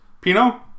Pino